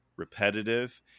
repetitive